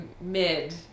mid